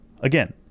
Again